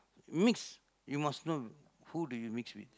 mix you must know who do you mix with